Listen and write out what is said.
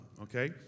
Okay